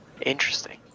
Interesting